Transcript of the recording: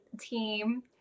team